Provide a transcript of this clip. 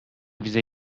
bize